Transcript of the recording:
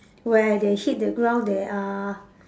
where they hit the ground there are